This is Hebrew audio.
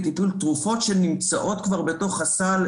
לתרופות שנמצאות כבר בתוך הסל,